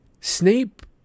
Snape